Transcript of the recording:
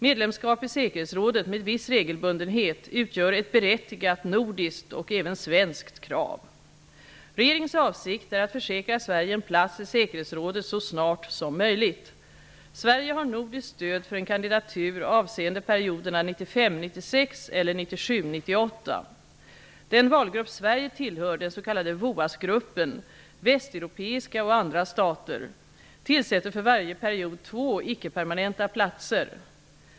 Medlemskap i säkerhetsrådet med viss regelbundenhet utgör ett berättigat nordiskt och även svenskt krav. Regeringens avsikt är att försäkra Sverige en plats i säkerhetsrådet så snart som möjligt. Sverige har nordiskt stöd för en kandidatur avseende perioderna 1995--1996 eller 1997--1998. Den valgrupp Sverige tillhör, den s.k. VOAS-gruppen, västeuropeiska och andra stater, tillsätter för varje period två icke-permanenta platser.